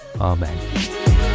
amen